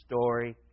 story